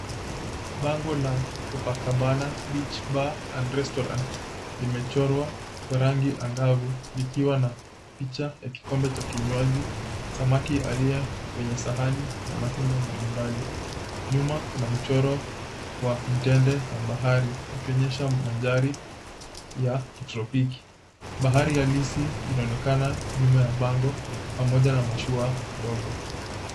Bango la Kopa Kabana Beach Bar and Restaurant limechorwa kwa rangi angavu likiwa na picha ya kikombe cha kinywaji, samaki aliye kwenye sahani na matunda mbali mbali. Nyuma kuna mchoro wa mtende na bahari ukionyesha mandhari ya tropiki. Bahari halisi inaonekana nyuma ya bango pamoja na mashua ndogo.